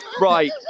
right